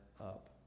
up